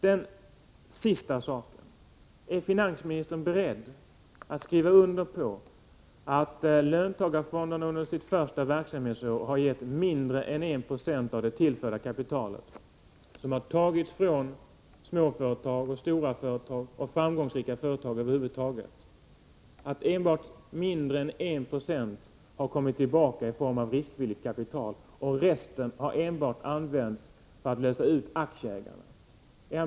Min sista fråga är: Är finansministern beredd att skriva under på att mindre än 1 96 av det kapital som under det första verksamhetsåret har tillförts löntagarfonderna från småföretag, stora företag och framgångsrika företag har kommit tillbaka i form av riskvilligt kapital och att resten enbart har använts för att lösa ut aktieägare?